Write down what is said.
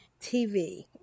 TV